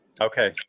Okay